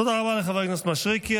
תודה רבה לחבר הכנסת מישרקי.